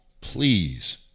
please